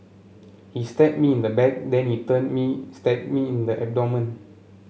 he stabbed me in the back then he turned me stabbed me in the abdomen